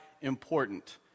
important